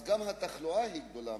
אז גם התחלואה רבה מאוד.